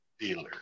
dealer